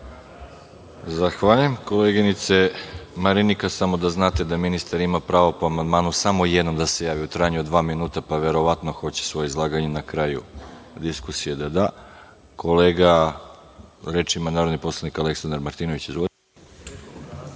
Zahvaljujem koleginice Marinika. Samo da znate da ministar ima pravo po amandmanu samo jednom da se javi u trajanju od dva minuta, pa verovatno hoće svoje izlaganje na kraju diskusije da da. Reč ima narodni poslanik Aleksandar Martinović. Izvolite.